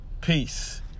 Peace